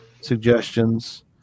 suggestions